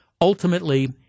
ultimately